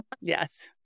Yes